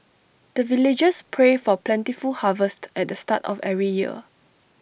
the villagers pray for plentiful harvest at start of every year